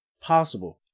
possible